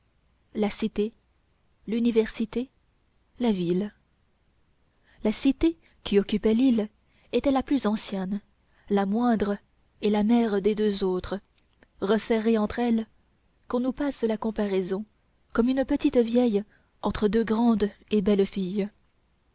la cité l'université la ville la cité qui occupait l'île était la plus ancienne la moindre et la mère des deux autres resserrée entre elles qu'on nous passe la comparaison comme une petite vieille entre deux grandes belles filles